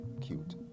cute